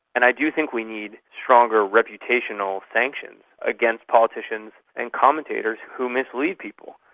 and i do think we need stronger reputational sanctions against politicians and commentators who mislead people.